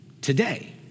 today